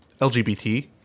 LGBT